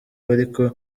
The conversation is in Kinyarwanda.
bariko